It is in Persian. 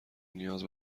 نیاز